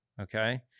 okay